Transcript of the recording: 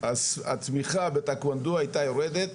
אז התמיכה בטקוואנדו היתה יורדת